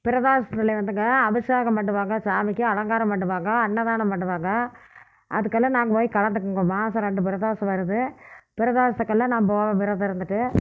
பிரதோஷத்திலே வந்துங்க அபிஷேகம் பண்ணிடுவாங்க சாமிக்கு அலங்காரம் பண்ணிடுவாங்க அன்னதானம் பண்ணிடுவாங்க அதுக்கெல்லாம் நாங்கள் போய் கலந்துக்குவோங்க மாதம் ரெண்டு பிரதோஷம் வருது பிரதோஷத்துக்கெல்லாம் நான் போகிறது விரதம் இருந்துவிட்டு